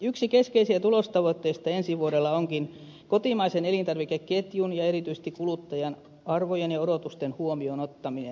yksi keskeisiä tulostavoitteita ensi vuodelle onkin kotimaisen elintarvikeketjun ja erityisesti kuluttajan arvojen ja odotusten huomioonottaminen elintarviketuotannossa